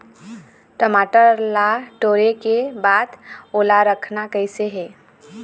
टमाटर ला टोरे के बाद ओला रखना कइसे हे?